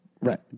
Right